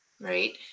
Right